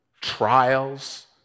Trials